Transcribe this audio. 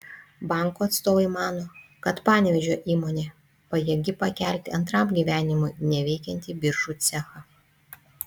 banko atstovai mano kad panevėžio įmonė pajėgi pakelti antram gyvenimui neveikiantį biržų cechą